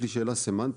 שאלה סמנטית: